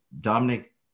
Dominic